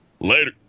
Later